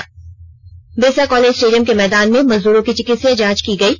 सभी को Birsa college stadium के मैदान में मजदूरों की चिकित्सीय जांच की गयी